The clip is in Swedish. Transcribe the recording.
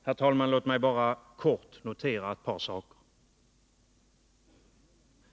Herr talman! Låt rhig bara kort notera ett par saker.